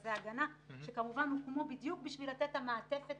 במרכזי הגנה שכמובן הוקמו בדיוק בשביל לתת את המעטפת